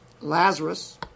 Lazarus